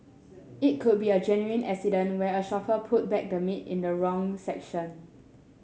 it could be a genuine accident where a shopper put back the meat in the wrong section